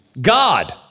God